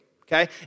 okay